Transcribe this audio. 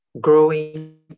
growing